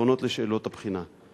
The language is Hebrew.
פתרונות לשאלות הבחינה.